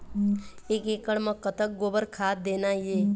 एक एकड़ म कतक गोबर खाद देना ये?